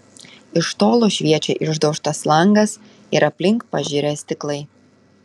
iš tolo šviečia išdaužtas langas ir aplink pažirę stiklai